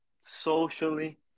socially